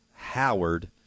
Howard